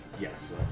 Yes